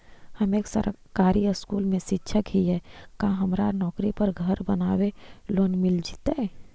हम एक सरकारी स्कूल में शिक्षक हियै का हमरा नौकरी पर घर बनाबे लोन मिल जितै?